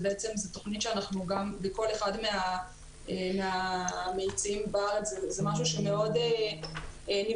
זו תכנית שבכל אחד מהמאיצים זה משהו שנבחר מאוד בקפידה.